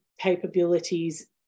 capabilities